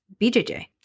BJJ